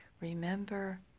remember